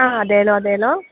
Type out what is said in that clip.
ആ അതേലോ അതേലോ